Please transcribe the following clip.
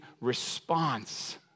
response